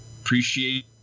appreciate